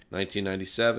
1997